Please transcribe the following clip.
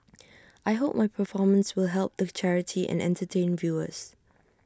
I hope my performance will help the charity and entertain viewers